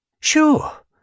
Sure